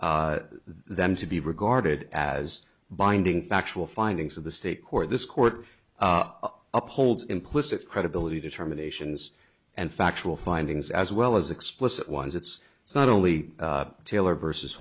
for them to be regarded as binding factual findings of the state court this court upholds implicit credibility determinations and factual findings as well as explicit ones it's not only taylor versus